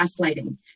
gaslighting